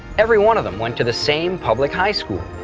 every one of them went to the same public high school.